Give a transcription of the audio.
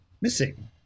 missing